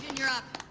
you're up.